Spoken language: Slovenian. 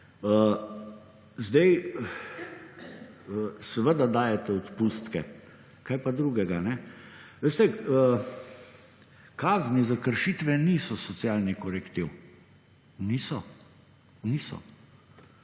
Seveda dajete odpustke, kaj pa drugega? Veste, kazni za kršitve niso socialni korektiv. Niso.